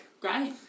Great